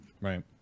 Right